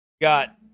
got